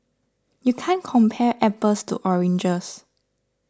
you can't compare apples to oranges